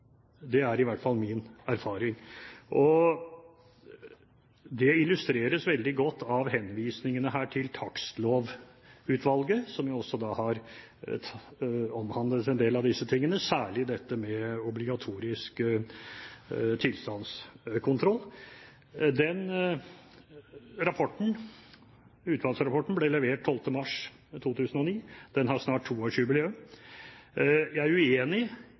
det er i hvert fall min erfaring. Og det illustreres veldig godt av henvisningene til Takstlovutvalget, som også har behandlet en del av disse tingene – særlig dette med obligatorisk tilstandskontroll. Den utvalgsrapporten ble levert 12. mars 2009. Den har snart toårsjubileum. Jeg er uenig